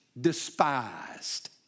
despised